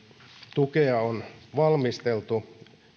tukea on valmisteltu